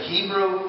Hebrew